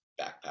backpack